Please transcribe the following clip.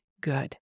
good